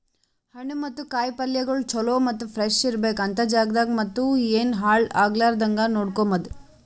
ಹಣ್ಣು ಮತ್ತ ಕಾಯಿ ಪಲ್ಯಗೊಳ್ ಚಲೋ ಮತ್ತ ಫ್ರೆಶ್ ಇರ್ಬೇಕು ಅಂತ್ ಜಾಗದಾಗ್ ಮತ್ತ ಏನು ಹಾಳ್ ಆಗಲಾರದಂಗ ನೋಡ್ಕೋಮದ್